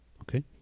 Okay